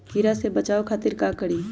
कीरा से बचाओ खातिर का करी?